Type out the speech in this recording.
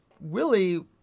Willie